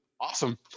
awesome